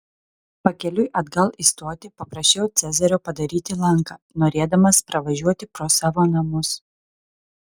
pakeliui atgal į stotį paprašiau cezario padaryti lanką norėdamas pravažiuoti pro savo namus